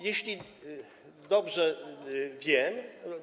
Jeśli dobrze wiem.